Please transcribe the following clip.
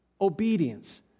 Obedience